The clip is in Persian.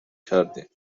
کردیم